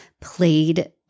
played